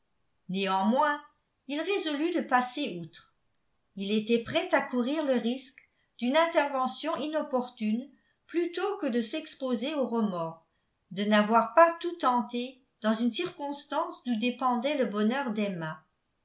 néanmoins il résolut de passer outre il était prêt à courir le risque d'une intervention inopportune plutôt que de s'exposer au remords de n'avoir pas tout tenté dans une circonstance d'où dépendait le bonheur d'emma